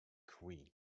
queen